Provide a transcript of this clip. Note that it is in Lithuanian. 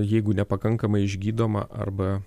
jeigu nepakankamai išgydoma arba